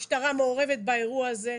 המשטרה מעורבת באירוע הזה.